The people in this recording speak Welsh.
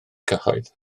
cyhoedd